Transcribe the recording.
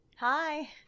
Hi